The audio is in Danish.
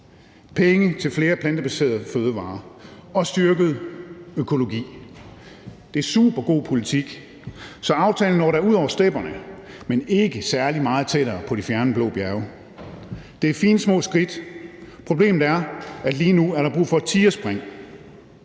penge til flere plantebaserede fødevarer og styrket økologi. Det er supergod politik. Så aftalen kommer da ud over stepperne, men ikke særlig meget tættere på de fjerne blå bjerge. Det er fine små skridt. Problemet er, at lige nu er der brug for et tigerspring.